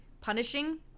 punishing